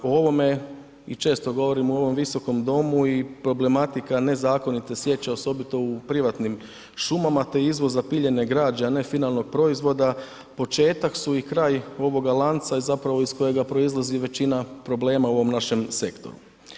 U ovome i često govorimo u ovom visokom domu i problematika nezakonite sječe osobito u privatnim šumama, te izvoz zapiljene građe, a ne finalnog proizvoda početak su i kraj ovoga lanca i zapravo iz kojega proizlazi većina problema u ovom našem sektoru.